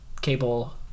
cable